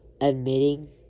admitting